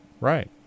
Right